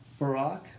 Barack